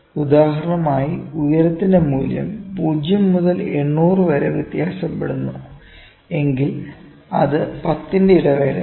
ഉദാഹരണമായി ഉയരത്തിന്റെ മൂല്യം 0 മുതൽ 800 വരെ വ്യത്യാസപ്പെടുന്നു എങ്കിൽ അത് 10 ഇന്റെ ഇടവേളയാണ്